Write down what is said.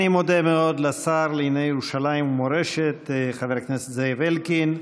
אני מודה מאוד לשר לענייני ירושלים ומורשת חבר הכנסת זאב אלקין.